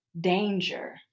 danger